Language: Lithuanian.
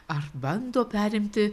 ar bando perimti